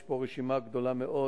יש פה רשימה גדולה מאוד